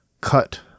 cut